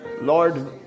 Lord